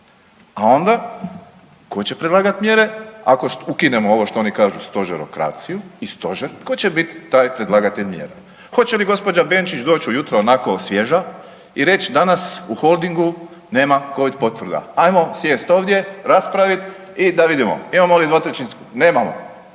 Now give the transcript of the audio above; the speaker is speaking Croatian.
A onda ko će predlagat mjere ako ukinemo ovo što oni kažu stožerokraciju i stožer tko će bit taj predlagatelj mjera? Hoće li gospođa Benčić doći ujutro onako svježa i reć danas u Holdingu nema covid potvrda, ajmo sjest ovdje raspravit i da vidimo imamo li dvotrećinsku. Nemamo,